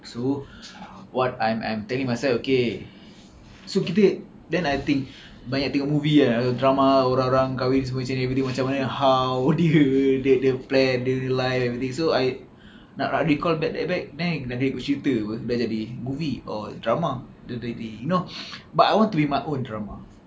so what I'm I'm telling myself okay so kita then I think banyak tengok movie ah or drama orang-orang kahwin semua macam ni everything macam mana how dia dia dia plan dia rely on everything so nak recalled that back dia then kena ikut cerita apa dah jadi movie or drama dia jadi you know but I want to be my own drama